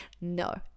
no